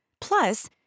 Plus